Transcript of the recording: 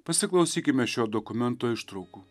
pasiklausykime šio dokumento ištraukų